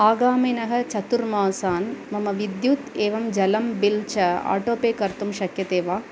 आगामिनः चतुर्मासान् मम विद्युत् एवं जलं बिल् च आटो पे कर्तुं शक्यते वा